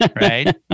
right